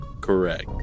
correct